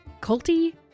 culty